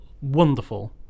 wonderful